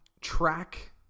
track